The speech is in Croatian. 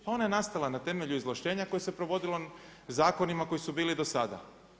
Pa ona je nastala na temelju izvlaštenja koje se provodilo zakonima koji su bili i do sada.